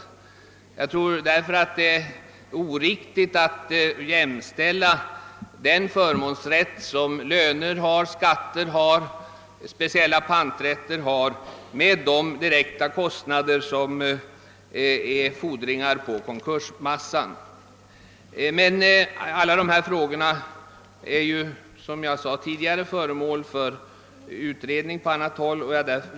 Därför tror jag att det är oriktigt att jämställa den förmånsrätt som löner, skatter och speciella panträtter har med de direkta kostnader som utgör fordringar på konkursmassan. Men alla dessa frågor är, som jag tidigare sagt, föremål för utredning. Jag yrkar därför bifall till utskottets förslag.